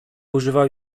używał